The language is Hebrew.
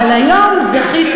אבל היום זכיתי